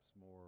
more